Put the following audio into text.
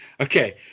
Okay